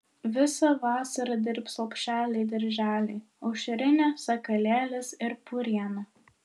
visą vasarą dirbs lopšeliai darželiai aušrinė sakalėlis ir puriena